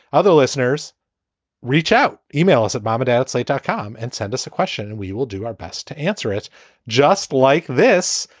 other listeners reach out. email us at bombed-out site dot com and send us a question. we will do our best to answer it just like this.